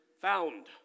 found